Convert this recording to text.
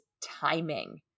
timing